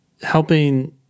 helping